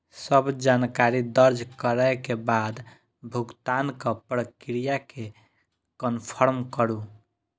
सब जानकारी दर्ज करै के बाद भुगतानक प्रक्रिया कें कंफर्म करू